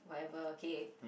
whatever okay